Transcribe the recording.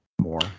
more